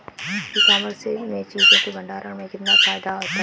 ई commerce में चीज़ों के भंडारण में कितना फायदा होता है?